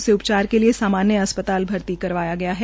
उसे उप्रचार के लिये सामान्य अस्पताल भर्ती कराया गया है